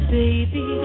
baby